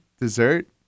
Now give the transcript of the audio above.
dessert